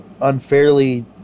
unfairly